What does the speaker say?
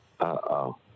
Uh-oh